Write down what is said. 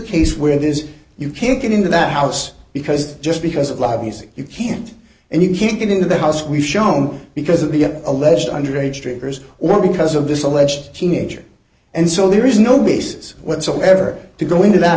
case where it is you can't get into that house because just because of loud music you can't and you can't get into the house we've shown because of be an alleged underage drinkers or because of this alleged teenager and so there is no basis whatsoever to go into that